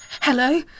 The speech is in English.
Hello